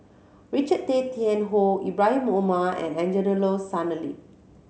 Richard Tay Tian Hoe Ibrahim Omar and Angelo Sanelli